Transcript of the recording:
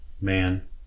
man